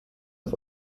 auf